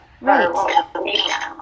Right